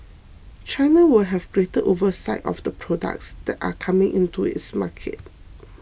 China will have greater oversight of the products that are coming into its market